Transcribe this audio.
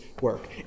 work